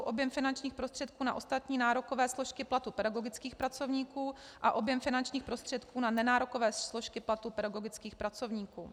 Objem finančních prostředků na ostatní nárokové složky platu pedagogických pracovníků a objem finančních prostředků na nenárokové složky platu pedagogických pracovníků.